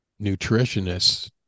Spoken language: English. nutritionists